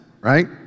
right